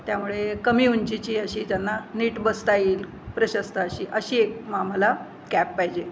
त्यामुळे कमी उंचीची अशी त्यांना नीट बसता येईल प्रशस्त अशी अशी एक मग आम्हाला कॅब पाहिजे